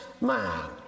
man